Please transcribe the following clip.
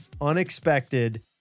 unexpected